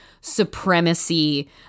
Supremacy